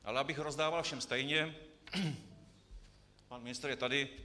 Ale abych rozdával všem stejně pan ministr je tady.